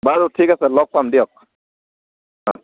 বাৰু ঠিক আছে লগ পাম দিয়ক হয়